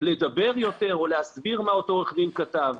לדבר יותר או להסביר מה אותו עורך דין כתב.